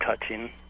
Touching